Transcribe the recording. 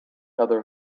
other